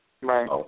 Right